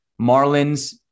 Marlins